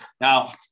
Now